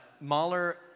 Mahler